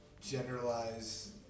generalize